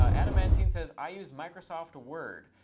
adamantine says i use microsoft word.